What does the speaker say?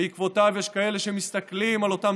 בעקבותיו יש כאלה שמסתכלים על אותם